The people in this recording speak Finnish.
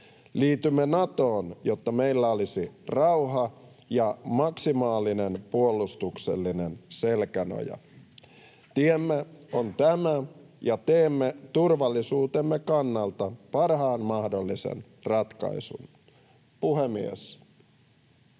Liitymme Natoon, jotta meillä olisi rauha ja maksimaalinen puolustuksellinen selkänoja. Tiemme on tämä, ja teemme turvallisuutemme kannalta parhaan mahdollisen ratkaisun. Puhemies!